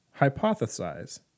hypothesize